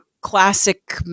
classic